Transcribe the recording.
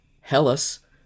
Hellas